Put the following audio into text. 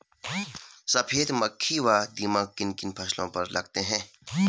सफेद मक्खी व दीमक किन किन फसलों पर लगते हैं?